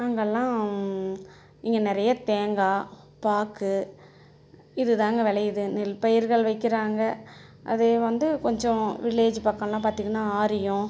அங்கெல்லாம் இங்கே நிறைய தேங்காய் பாக்கு இதுதாங்க விளையிது நெல் பயிர்கள் வைக்கிறாங்கள் அதே வந்து கொஞ்சம் வில்லேஜ் பக்கம்லாம் பார்த்திங்கன்னா ஆரியம்